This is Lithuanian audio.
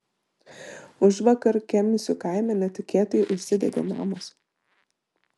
užvakar kemsių kaime netikėtai užsidegė namas